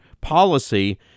policy